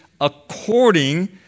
according